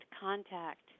contact